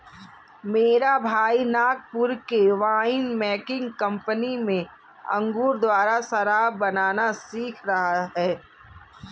मेरा भाई नागपुर के वाइन मेकिंग कंपनी में अंगूर द्वारा शराब बनाना सीख रहा है